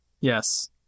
Yes